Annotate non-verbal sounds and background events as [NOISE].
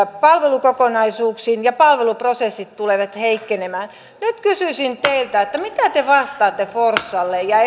palvelukokonaisuuksiin ja palveluprosessit tulevat heikkenemään nyt kysyisin teiltä mitä te vastaatte forssalle ja [UNINTELLIGIBLE]